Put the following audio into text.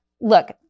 look